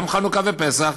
גם חנוכה ופסח,